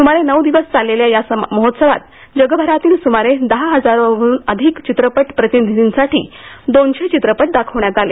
सुमारे नऊ दिवस चाललेल्या या महोत्सवात जगभरातील स्मारे दहा हजाराहन अधिक चित्रपट प्रतिनीधींसाठी तीनशे चित्रपट दाखवण्यात आले